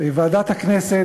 ועדת הכנסת,